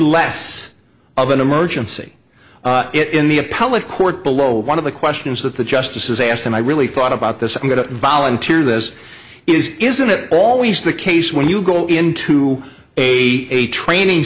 less of an emergency it in the appellate court below one of the questions that the justices asked and i really thought about this i'm going to volunteer this is isn't it always the case when you go into a a training